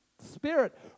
Spirit